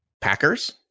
Packers